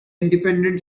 independent